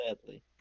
Sadly